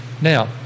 Now